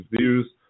views